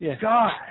God